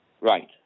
Right